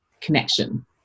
connection